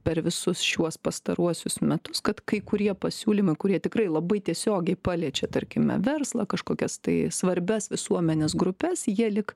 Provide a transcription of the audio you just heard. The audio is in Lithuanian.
per visus šiuos pastaruosius metus kad kai kurie pasiūlymai kurie tikrai labai tiesiogiai paliečia tarkime verslą kažkokias tai svarbias visuomenės grupes jie lyg